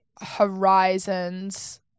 horizons